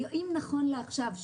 השאלה היא האם נכון לעכשיו,